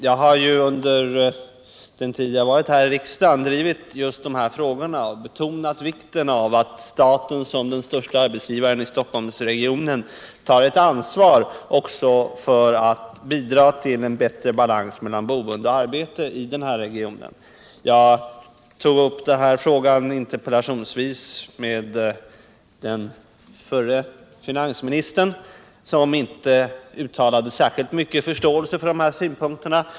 Jag har under den tid Jag varit ledamot av riksdagen drivit just dessa frågor och betonat vikten av att staten som den störste arbetsgivaren i Stockholmsregionen tar ett ansvar också för att bidra till en bättre balans mellan boende och arbete i regionen. Jag tog upp denna fråga interpellationsvis med den förre finansministern, som inte uttalade särskilt stor förståelse för dessa synpunkter.